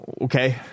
Okay